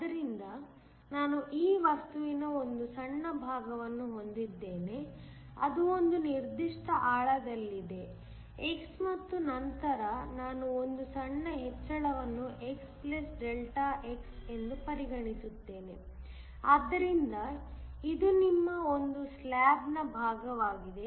ಆದ್ದರಿಂದ ನಾನು ಈ ವಸ್ತುವಿನ ಒಂದು ಸಣ್ಣ ಭಾಗವನ್ನು ಹೊಂದಿದ್ದೇನೆ ಅದು ಒಂದು ನಿರ್ದಿಷ್ಟ ಆಳದಲ್ಲಿದೆ x ಮತ್ತು ನಂತರ ನಾನು ಒಂದು ಸಣ್ಣ ಹೆಚ್ಚಳವನ್ನು x Δx ಎಂದು ಪರಿಗಣಿಸುತ್ತೇನೆ ಆದ್ದರಿಂದ ಇದು ನಿಮ್ಮ ಒಂದು ಸ್ಲಾಬ್ ನ ಭಾಗವಾಗಿದೆ